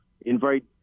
invite